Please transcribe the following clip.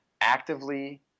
actively